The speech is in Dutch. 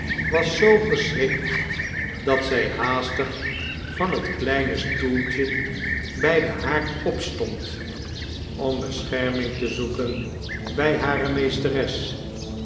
was zoo geschrikt dat zij haastig van het kleine stoeltje bij den haard opstond om beschermdng te zoeken bij hare meesteres